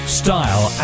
style